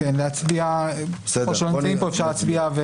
אלו שנמצאים פה אפשר להצביע.